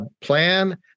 plan